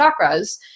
chakras